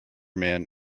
man